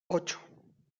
ocho